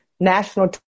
National